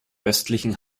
östlichen